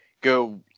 go